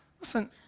Listen